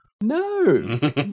No